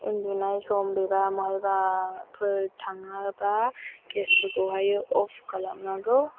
उन्दुनाय सम बबेबा बबेहायबाफोर थाङोबा गेसफोरखौहाय अफ खालामनांगौ